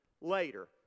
later